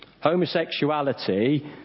Homosexuality